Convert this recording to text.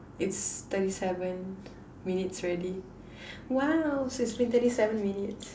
it's thirty seven minutes already !wow! so it's been thirty seven minutes